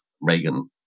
Reagan